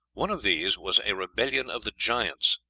one of these was a rebellion of the giants,